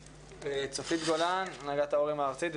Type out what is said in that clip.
צופית גולן, הנהגת הורים ארצית.